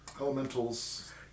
elementals